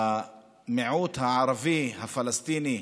המיעוט הערבי הפלסטיני,